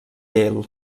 yale